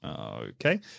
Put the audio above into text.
Okay